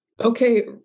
Okay